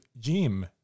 gym